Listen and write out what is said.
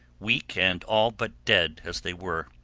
weak and all but dead as they were.